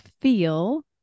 feel